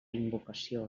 invocació